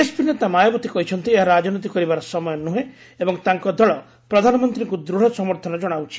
BSP ନେତା ମାୟାବତୀ କହିଛନ୍ତି ଏହା ରାଜନୀତି କରିବାର ସମୟ ନୁହେଁ ଏବଂ ତାଙ୍କ ଦଳ ପ୍ରଧାନମନ୍ତ୍ରୀଙ୍କୁ ଦୃଢ଼ ସମର୍ଥନ ଜଣାଉଛି